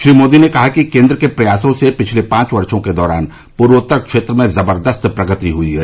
श्री मोदी ने कहा कि केंद्र के प्रयासों से पिछले पांच वर्षों के दौरान पूर्वोत्तर क्षेत्र में जबरदस्त प्रगति हुई है